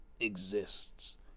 exists